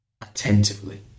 attentively